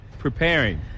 Preparing